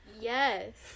yes